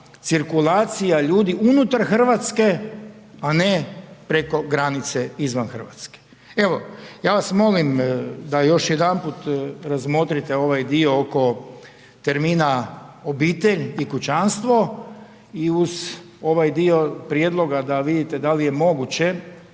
cirkulacija ljudi unutar RH, a ne preko granice, izvan RH. Evo, ja vas molim da još jedanput razmotrite ovaj dio oko termina obitelj i kućanstvo i uz ovaj dio prijedloga da vidite da li je moguće